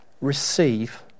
Receive